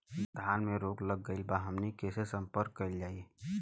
धान में रोग लग गईला पर हमनी के से संपर्क कईल जाई?